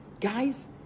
guys